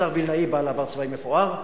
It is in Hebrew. השר וילנאי בעל עבר צבאי מפואר,